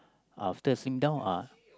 after slim down ah